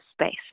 space